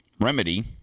remedy